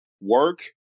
work